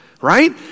Right